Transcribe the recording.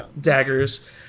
daggers